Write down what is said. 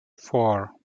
four